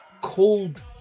cold